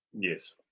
Yes